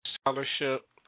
scholarship